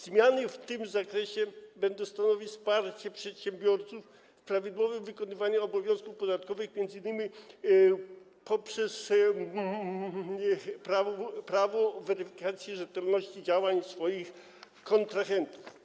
Zmiany w tym zakresie będą stanowić wsparcie przedsiębiorców w prawidłowym wykonywaniu obowiązków podatkowych, m.in. poprzez prawo weryfikacji rzetelności działań swoich kontrahentów.